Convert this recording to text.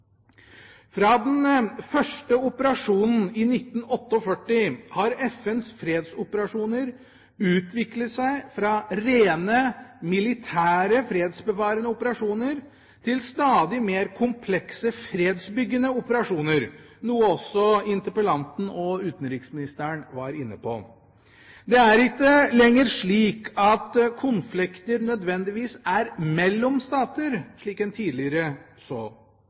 Fra den første operasjonen i 1948 har FNs fredsoperasjoner utviklet seg fra rene militære fredsbevarende operasjoner til stadig mer komplekse fredsbyggende operasjoner, noe også interpellanten og utenriksministeren var inne på. Det er ikke lenger slik at konflikter nødvendigvis er mellom stater, slik en tidligere så.